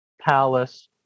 Palace